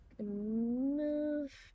Move